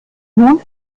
nun